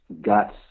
guts